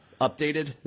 updated